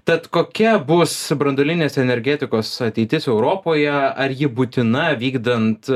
tad kokia bus branduolinės energetikos ateitis europoje ar ji būtina vykdant